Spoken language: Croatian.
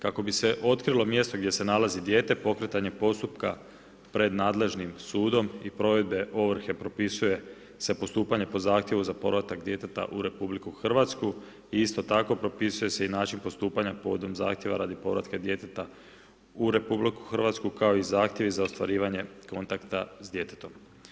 Kako bi se otkrilo mjesto gdje se nalazi dijete pokretanje postupka pred nadležnim sudom i provedbe ovrhe propisuje se postupanje po zahtjevu za povratak djeteta u RH i isto tako, propisuje se i način postupanja povodom zahtjeva radi povratka djeteta u RH kao i zahtjeva za ostvarivanje kontakta s djetetom.